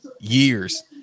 years